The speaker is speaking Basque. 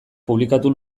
publikatu